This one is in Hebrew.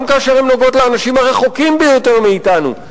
גם כאשר הן נוגעות באנשים הרחוקים ביותר מאתנו.